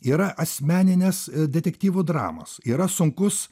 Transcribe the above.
yra asmeninės detektyvo dramos yra sunkus